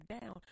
down